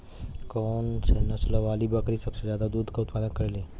कौन से नसल वाली बकरी सबसे ज्यादा दूध क उतपादन करेली?